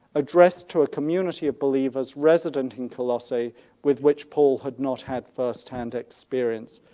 addressed to a community of believers resident in colossae with which paul had not had first-hand experience.